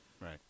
Right